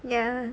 ya